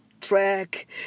track